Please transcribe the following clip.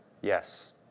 Yes